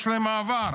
יש להם מעבר.